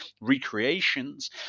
recreations